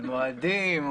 על מועדים,